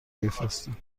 بفرستم